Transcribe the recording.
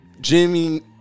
Jimmy